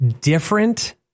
different